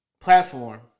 platform